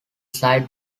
site